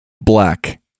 Black